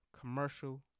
commercial